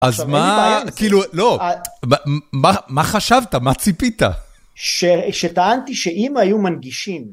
אה מה מה, כאילו, לא, מה חשבת? מה ציפית? שטענתי שאם היו מנגישים...